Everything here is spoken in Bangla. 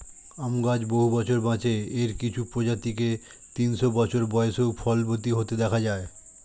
আম গাছ বহু বছর বাঁচে, এর কিছু প্রজাতিকে তিনশো বছর বয়সেও ফলবতী হতে দেখা যায়